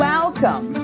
Welcome